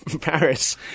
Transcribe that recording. Paris